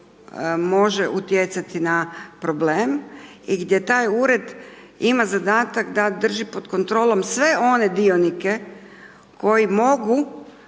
može utjecati na problem i gdje taj ured ima zadatak da drži pod kontrolom sve one dionike koji mogu